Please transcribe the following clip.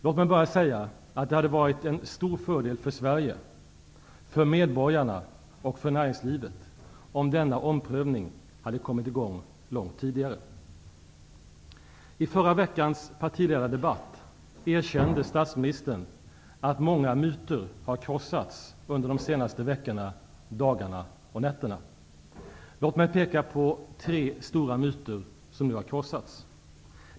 Låt mig bara säga att det hade varit en stor fördel för Sverige, för medborgarna och för näringslivet, om denna omprövning kommit i gång långt tidigare. I förra veckans partiledardebatt erkände statsministern att många myter har krossats under de senaste veckorna, dagarna och nätterna. Låt mig peka på tre stora myter, som nu har krossats.